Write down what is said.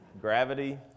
gravity